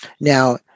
Now